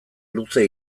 luze